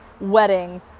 wedding